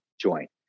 joint